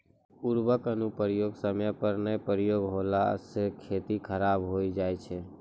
उर्वरक अनुप्रयोग समय पर नाय प्रयोग होला से खेती खराब हो जाय छै